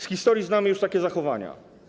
Z historii znamy już takie zachowania.